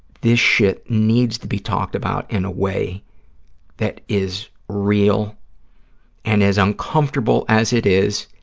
this shit needs to be talked about in a way that is real and, as uncomfortable as it is,